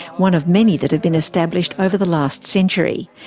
one of many that have been established over the last century.